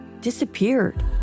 disappeared